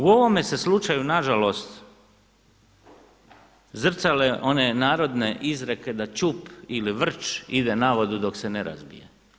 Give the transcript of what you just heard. U ovome se slučaju nažalost zrcale one narodne izreke da ćup ili vrč ide na vodu dok se ne razbije.